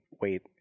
wait